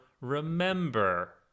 remember